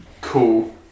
cool